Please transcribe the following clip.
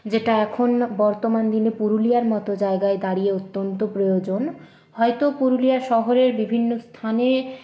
যেটা এখন বর্তমান দিনে পুরুলিয়ার মতো জায়গায় দাঁড়িয়ে অত্যন্ত প্রয়োজন হয়তো পুরুলিয়া শহরের বিভিন্ন স্থানে